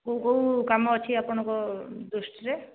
କେଉଁ କେଉଁ କାମ ଅଛି ଆପଣଙ୍କ ଦୃଷ୍ଟିରେ